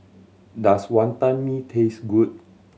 does Wantan Mee taste good